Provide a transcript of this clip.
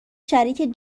شریک